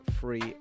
free